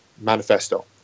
manifesto